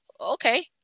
okay